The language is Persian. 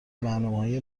برنامههای